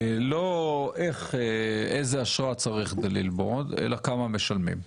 לא איזה אשרה צריך כדי ללמוד, אלא כמה משלמים?